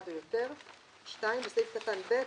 אחד או יותר."; (2)בסעיף קטן (ב),